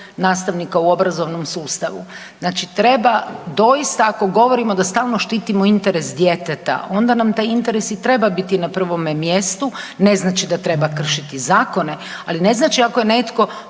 nastavnika u obrazovnom sustavu. Znači, treba doista ako govorimo da stalno štitimo interes djeteta onda nam taj interes i treba biti na prvome mjestu. Ne znači da treba kršiti zakone, ali ne znači ako je netko